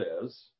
says